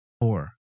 four